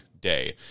day